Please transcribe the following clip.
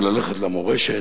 וללכת למורשת,